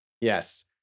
Yes